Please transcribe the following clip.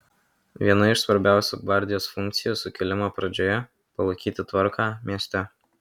viena iš svarbiausių gvardijos funkcijų sukilimo pradžioje palaikyti tvarką mieste